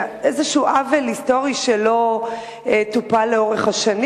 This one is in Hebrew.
איזשהו עוול היסטורי שלא טופל לאורך השנים.